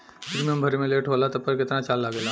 Premium भरे मे late होला पर केतना चार्ज लागेला?